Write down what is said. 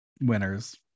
winners